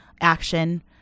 action